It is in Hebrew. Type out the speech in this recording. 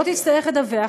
לא תצטרך לדווח,